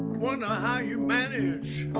wonder how you manage